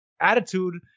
attitude